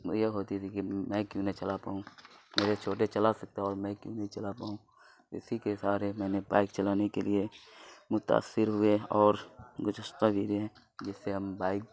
یہ ہوتی تھی کہ میں کیوں نہ چلا پاؤں میرے چھوٹے چلا سکتا اور میں کیوں نہیں چلا پاؤں اسی کے سہارے میں نے بائک چلانے کے لیے متاثر ہوئے اور گزشتہ جس سے ہم بائک